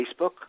Facebook